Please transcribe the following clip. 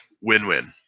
Win-win